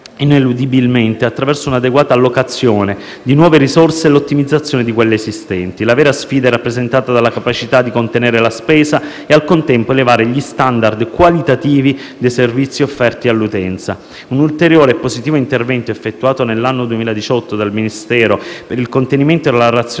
ineludibilmente attraverso un'adeguata allocazione di nuove risorse e un'ottimizzazione di quelle esistenti. La vera sfida è rappresentata dalla capacità di contenere la spesa e, al contempo, elevare gli *standard* qualitativi dei servizi offerti all'utenza. Un ulteriore positivo intervento effettuato nell'anno 2018 dal Ministero, per il contenimento e la razionalizzazione